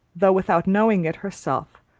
though without knowing it herself,